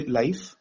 life